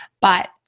But-